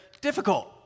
difficult